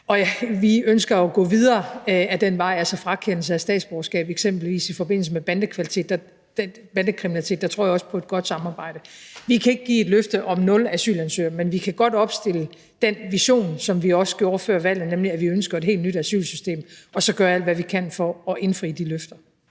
Og vi ønsker jo at gå videre ad den vej, altså frakendelse af statsborgerskab, eksempelvis i forbindelse med bandekriminalitet, og der tror jeg også på et godt samarbejde. Vi kan ikke give et løfte om nul asylansøgere, men vi kan godt opstille den vision, som vi også gjorde før valget, nemlig at vi ønsker et helt nyt asylsystem, og så gøre alt, hvad vi kan, for at indfri de løfter.